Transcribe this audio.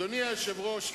אדוני היושב-ראש,